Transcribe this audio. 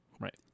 Right